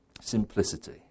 Simplicity